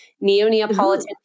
Neo-Neapolitan